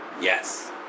Yes